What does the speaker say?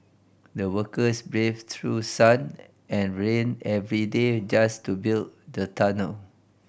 the workers braved through sun and rain every day just to build the tunnel